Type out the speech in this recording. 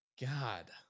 God